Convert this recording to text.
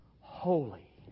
holy